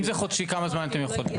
אם זה חודשי, כמה זמן אתם יכולים?